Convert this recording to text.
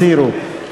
הסירו.